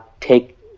take